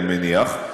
אני מניח.